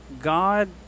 god